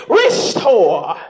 restore